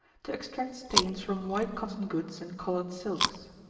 to extract stains from white cotton goods and colored silks.